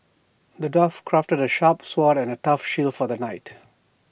the dwarf crafted A sharp sword and A tough shield for the knight